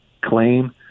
claim